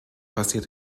passiert